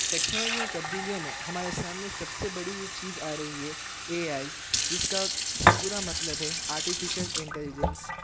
technology نے تبدیلیوں میں ہمارے سامنے سب سے بڑی چیز آ رہی ہے اے آئی جس کا پورا مطلب ہے آرٹیفیشل انٹیلیجنس